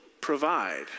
provide